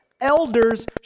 Elders